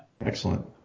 excellent